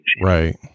Right